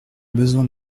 besoin